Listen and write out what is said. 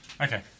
Okay